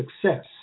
success